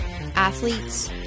athletes